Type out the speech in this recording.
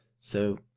So